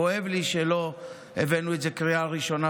כואב לי שלא הבאנו את זה בקריאה ראשונה,